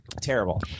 terrible